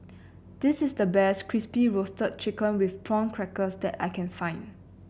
this is the best Crispy Roasted Chicken with Prawn Crackers that I can find